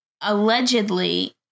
allegedly